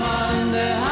Monday